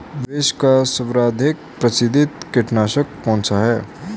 विश्व का सर्वाधिक प्रसिद्ध कीटनाशक कौन सा है?